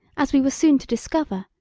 as we were soon to discover,